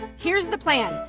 here's the plan.